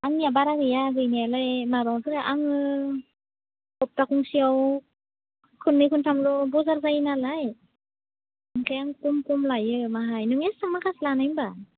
आंनिया बारा गैया गैनायालाय माबाफोरा आङो सप्ता खुनसेआव खननै खनथामल' बजार जायोनालाय ओमफ्राय आं खम खम लायो माहाय नोंलाय इसां माखा लानाय होमब्ला